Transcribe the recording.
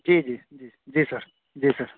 جی جی جی جی سر جی سر